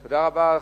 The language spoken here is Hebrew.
תודה רבה לך,